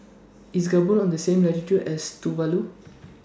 IS Gabon on The same latitude as Tuvalu